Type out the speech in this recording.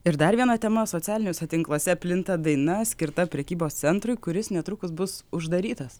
ir dar viena tema socialiniuose tinkluose plinta daina skirta prekybos centrui kuris netrukus bus uždarytas